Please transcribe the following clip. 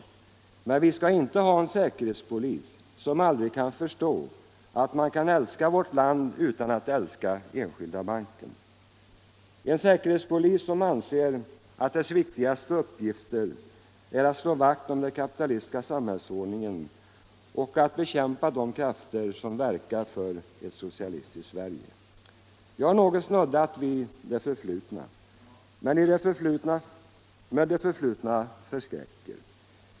Onsdagen den Men vi skall inte ha en säkerhetspolis som aldrig kan förstå att man 24 mars 1976 kan älska vårt land utan att älska Enskilda Banken, en säkerhetspolis — som anser att dess viktigaste uppgifter är att slå vakt om den kapitalistiska — Anslag till polisväsamhällsordningen och att bekämpa de krafter som verkar för ett so — sendet cialistiskt Sverige. Jag har något snuddat vid det förflutna, men det förflutna förskräcker.